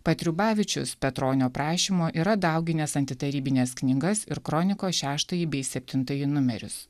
patriubavičius petronio prašymo yra dauginęs antitarybines knygas ir kronikos šeštąjį bei septintąjį numerius